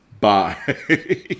Bye